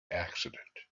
accident